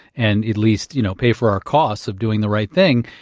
and at least you know pay for our costs of doing the right thing,